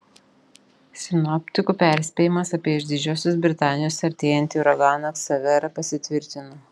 sinoptikų perspėjimas apie iš didžiosios britanijos artėjantį uraganą ksaverą pasitvirtino